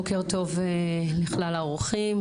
בוקר טוב לכלל האורחים,